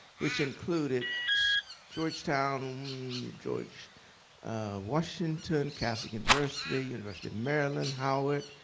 which included georgetown, george washington, catholic university, university of maryland, howard.